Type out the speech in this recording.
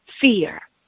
Fear